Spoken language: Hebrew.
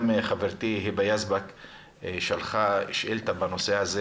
גם חברתי היבה יזבק שלחה שאילתה בנושא הזה